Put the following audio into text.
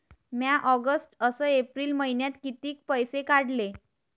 म्या ऑगस्ट अस एप्रिल मइन्यात कितीक पैसे काढले?